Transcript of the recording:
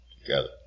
together